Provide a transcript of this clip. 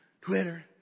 Twitter